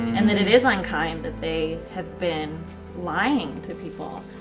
and that it is unkind that they have been lying to people.